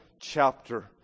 chapter